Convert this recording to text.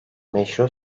meşru